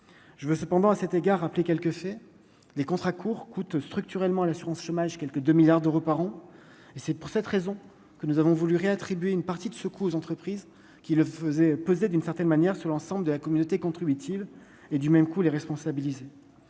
je veux cependant à cet égard rappeler quelques faits : les contrats courts coûtent structurellement à l'assurance chômage quelque 2 milliards d'euros par an et c'est pour cette raison que nous avons voulu réattribuer une partie de ce coup aux entreprises qui le faisait peser d'une certaine manière, sur l'ensemble de la communauté contributive et du même coup les responsabiliser